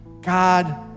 God